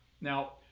Now